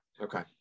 okay